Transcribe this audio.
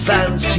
Fans